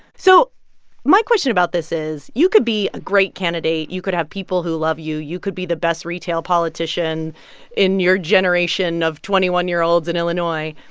so my question about this is you could be a great candidate. you could have people who love you. you could be the best retail politician in your generation of twenty one year olds in illinois.